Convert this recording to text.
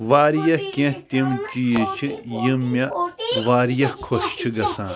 واریاہ کینٛہہ تِم چیٖز چھِ یِم مےٚ واریاہ خۄش چھِ گژھان